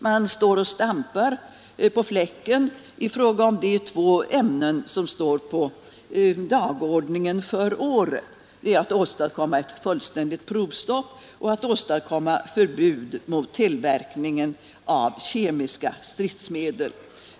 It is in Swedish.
Man står och stampar på samma fläck i fråga om de två ämnen som står på dagordningen för året: att åstadkomma ett fullständigt provstopp och att åstadkomma förbud mot tillverkningen av kemiska stridsmedel.